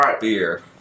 beer